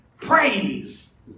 Praise